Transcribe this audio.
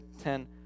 ten